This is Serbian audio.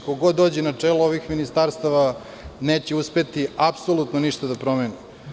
Ko god da dođe na čelo ovih ministarstava, neće uspeti apsolutno ništa da promeni.